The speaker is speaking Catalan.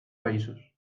països